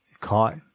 caught